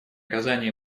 оказания